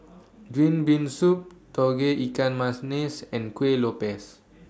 Green Bean Soup Tauge Ikan and Kuih Lopes